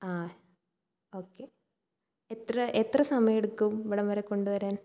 ആ ഓക്കേ എത്ര എത്ര സമയമെടുക്കും ഇവിടം വരെ കൊണ്ടുവരാൻ